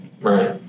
Right